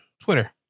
Twitter